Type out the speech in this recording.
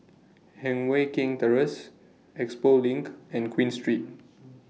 Heng Mui Keng Terrace Expo LINK and Queen Street